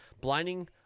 blinding